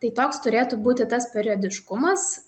tai toks turėtų būti tas periodiškumas